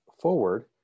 forward